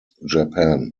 japan